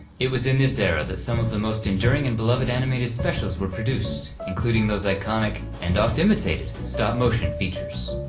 it was in this era that some of the most enduring and beloved animated specials were produced, including those iconic and oft imitated and stop-motion features.